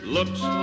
Looks